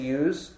use